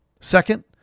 Second